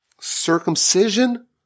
circumcision